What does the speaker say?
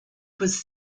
was